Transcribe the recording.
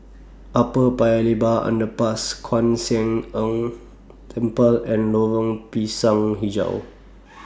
Upper Paya Lebar Underpass Kwan Siang Tng Temple and Lorong Pisang Hijau